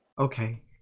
Okay